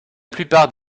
plupart